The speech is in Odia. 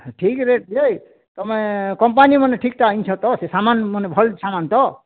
ଠିକ୍ ରେଟ୍ ଯେ ତମେ କମ୍ଫାନୀମାନେ ଠିକ୍ଟା ଆଣିଛ ତ ସେ ସାମାନ୍ ମାନେ ଭଲ୍ ସାମାନ୍ ତ